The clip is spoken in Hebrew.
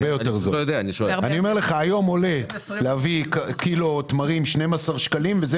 היום עולה להביא קילוגרם תמרים 12 שקלים וזה